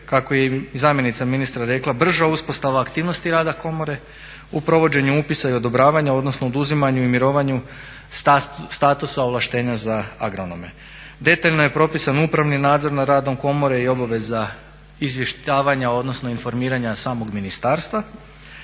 kako je i zamjenica ministra rekla brža uspostava aktivnosti rada komore u provođenju upisa i odobravanja, odnosno oduzimanju i mirovanju statusa ovlaštenja za agronome. Detaljno je propisan upravni nadzor nad radom komore i obaveza izvještavanja odnosno informiranja samog ministarstva.